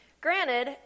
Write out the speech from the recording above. Granted